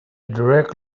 direct